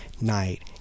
night